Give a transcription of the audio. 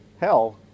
hell